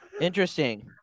Interesting